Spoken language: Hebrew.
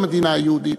המדינה היהודית,